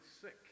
sick